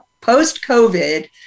post-COVID